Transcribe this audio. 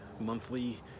monthly